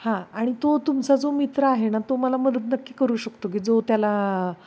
हां आणि तो तुमचा जो मित्र आहे ना तो मला मदत नक्की करू शकतो की जो त्याला